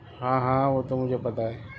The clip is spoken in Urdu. ہاں ہاں وہ تو مجھے پتا ہے